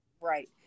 Right